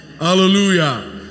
Hallelujah